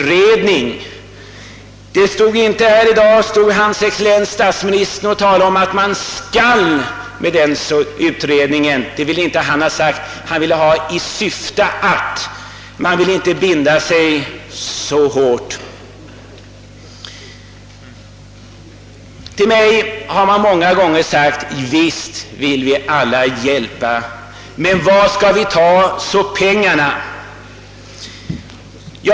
Hans excellens herr utrikesministern talade i dag om att denna utredning inte »skall» göra någonting, utan han ville ha formuleringen »i syfte att». Han ville inte binda sig så hårt. Till mig har man många gånger sagt att visst vill vi alla hjälpa, men var skall pengarna tas?